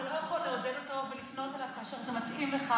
אתה לא יכול לעודד אותו ולפנות אליו כאשר זה מתאים לך